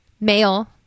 male